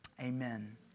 Amen